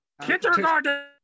Kindergarten